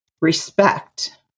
Respect